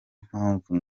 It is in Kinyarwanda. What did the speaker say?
mpamvu